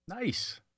Nice